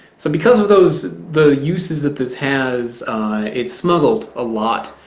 so because of those the uses that this has it smuggled a lot.